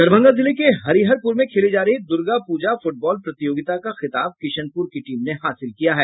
दरभंगा जिले के हरिहरपुर में खेली जा रही दुर्गा पूजा फुटबॉल प्रतियोगिता का खिताब किशनपुर की टीम ने हासिल किया है